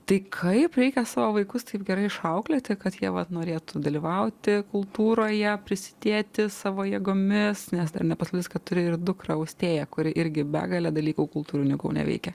tai kaip reikia savo vaikus taip gerai išauklėti kad jie vat norėtų dalyvauti kultūroje prisidėti savo jėgomis nes dar ne paslaptis kad turi ir dukrą austėją kuri irgi begalę dalykų kultūrinių kaune veikia